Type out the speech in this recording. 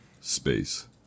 Space